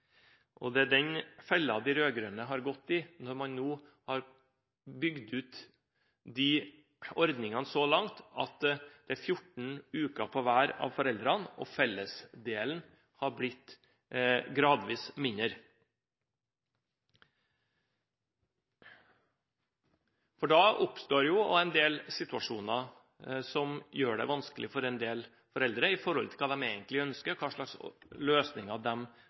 når de nå har bygd ut de ordningene så langt at det er 14 uker på hver av foreldrene, og fellesdelen har blitt gradvis mindre. For da oppstår en del situasjoner som gjør det vanskelig for en del foreldre med hensyn til hva de egentlig ønsker, hvilke løsninger